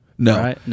No